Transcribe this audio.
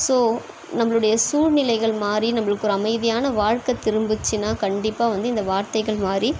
so நம்மளுடைய சூழ்நிலைகள் மாறி நம்மளுக்கு ஒரு அமைதியான வாழ்க்க திரும்புச்சின்னா கண்டிப்பாக வந்து இந்த வார்த்தைகள் மாறி